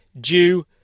due